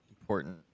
important